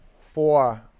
Four